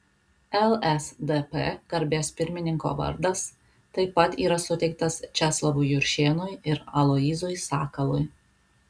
lsdp garbės pirmininko vardas taip pat yra suteiktas česlovui juršėnui ir aloyzui sakalui